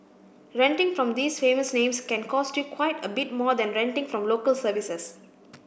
renting from these famous names can cost you quite a bit more than renting from local services